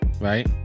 right